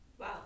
Wow